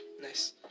Nice